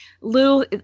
little